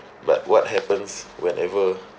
but what happens whenever